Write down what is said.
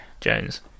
Jones